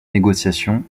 négociations